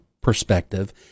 perspective